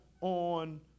on